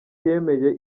yemeye